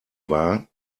war